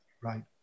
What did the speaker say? Right